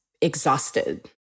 exhausted